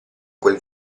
quel